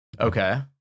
Okay